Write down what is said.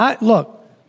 Look